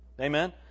Amen